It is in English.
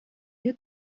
you